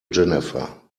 jennifer